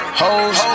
hoes